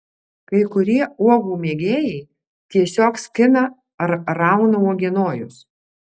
kai kurie uogų mėgėjai tiesiog skina ar rauna uogienojus